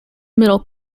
middle